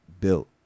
built